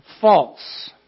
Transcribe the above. false